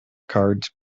cards